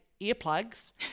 earplugs